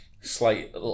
slight